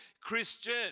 Christian